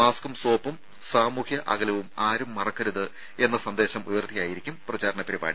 മാസ്കും സോപ്പും സാമൂഹ്യ അകലവും ആരും മറക്കരുത് എന്ന സന്ദേശം ഉയർത്തിയായിരിക്കും പ്രചാരണപരിപാടി